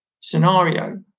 scenario